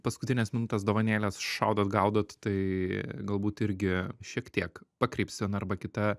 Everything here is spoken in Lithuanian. paskutinės minutės dovanėles šaudot gaudot tai galbūt irgi šiek tiek pakreips viena arba kita